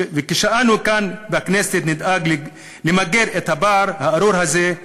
וכשאנו כאן בכנסת נדאג למגר את הפער הארור הזה,